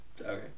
Okay